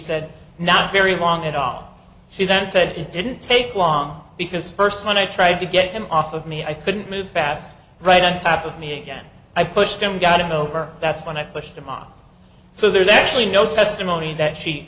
said not very long at all she then said it didn't take long because first when i tried to get him off of me i couldn't move fast right on top of me again i pushed him got in over that's when i pushed him out so there's actually no testimony that she